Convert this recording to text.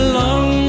long